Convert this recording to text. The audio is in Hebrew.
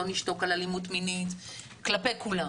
לא נשתוק על אלימות מינית כלפי כולם.